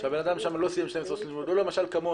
שהאדם שם לא סיים 12 שנות לימוד, כמוני